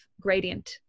gradient